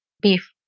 beef